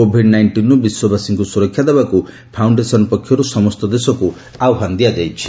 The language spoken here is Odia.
କୋଭିଡ ନାଇଷିନ୍ରୁ ବିଶ୍ୱବାସୀଙ୍କୁ ସୁରକ୍ଷା ଦେବାକୁ ଫାଉଣ୍ଡେସନ ପକ୍ଷରୁ ସମସ୍ତ ଦେଶକୁ ଆହ୍ୱାନ ଦିଆଯାଇଛି